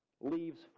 leaves